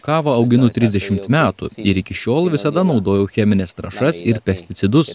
kavą auginu trisdešimt metų ir iki šiol visada naudojau chemines trąšas ir pesticidus